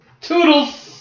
Toodles